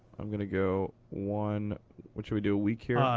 i'm going to go one what should we do, a week here?